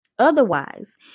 Otherwise